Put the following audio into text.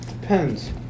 Depends